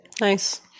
Nice